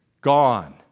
gone